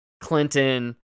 Clinton